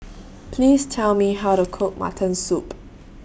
Please Tell Me How to Cook Mutton Soup